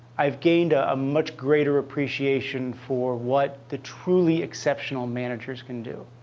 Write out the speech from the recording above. i've gained a ah much greater appreciation for what the truly exceptional managers can do.